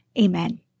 amen